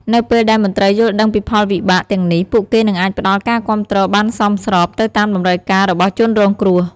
នៅពេលដែលមន្ត្រីយល់ដឹងពីផលវិបាកទាំងនេះ ពួកគេនឹងអាចផ្តល់ការគាំទ្របានសមស្របទៅតាមតម្រូវការរបស់ជនរងគ្រោះ។